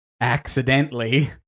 accidentally